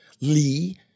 Lee